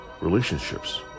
relationships